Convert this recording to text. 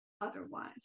otherwise